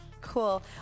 Cool